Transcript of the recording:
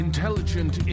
Intelligent